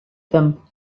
them